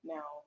Now